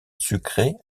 sucrée